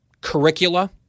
curricula